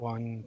One